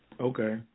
Okay